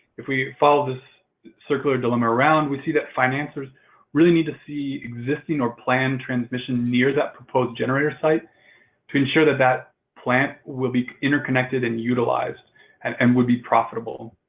if we follow this circular dilemma around, we see that financers really need to see existing or planned transmission near that proposed generator site to ensure that that plant will be interconnected and utilized and and would be profitable.